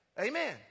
Amen